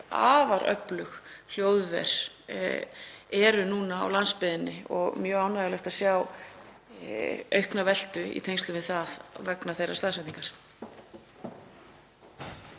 afar öflug hljóðver eru núna á landsbyggðinni og mjög ánægjulegt að sjá aukna veltu í tengslum við það vegna þeirrar staðsetningar.